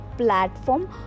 platform